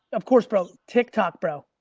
of course, bro, tik tok, bro.